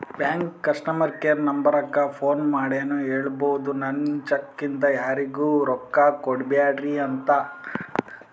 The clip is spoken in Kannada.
ಬ್ಯಾಂಕದು ಕಸ್ಟಮರ್ ಕೇರ್ ನಂಬರಕ್ಕ ಫೋನ್ ಮಾಡಿನೂ ಹೇಳ್ಬೋದು, ನನ್ ಚೆಕ್ ಇಂದ ಯಾರಿಗೂ ರೊಕ್ಕಾ ಕೊಡ್ಬ್ಯಾಡ್ರಿ ಅಂತ